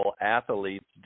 athletes